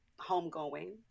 Homegoing